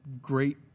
great